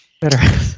better